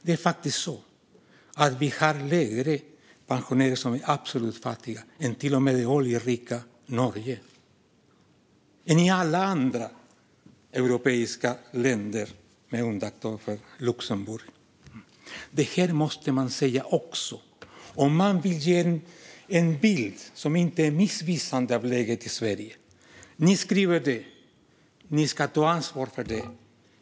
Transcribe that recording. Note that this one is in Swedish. Det är faktiskt så att vi har lägre nivåer gällande absolut fattigdom bland pensionärer än till och med det oljerika Norge, ja, än i alla andra europeiska länder med undantag av Luxemburg. Det här måste man också säga om man inte vill ge en bild av läget i Sverige som är missvisande. Ni skriver det. Ni ska ta ansvar för det.